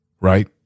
right